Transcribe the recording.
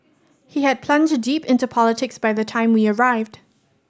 he had plunged deep into politics by the time we arrived